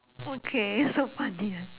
okay so funny ah